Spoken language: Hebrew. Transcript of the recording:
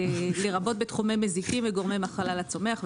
לרבות בתחומי מזיקים וגורמי מחלה לצומח,